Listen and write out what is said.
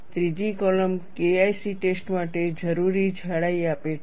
ત્રીજી column KIC ટેસ્ટો માટે જરૂરી જાડાઈ આપે છે